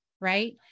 right